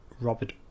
Robert